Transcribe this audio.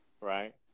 right